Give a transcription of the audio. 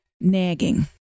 nagging